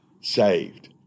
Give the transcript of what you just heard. saved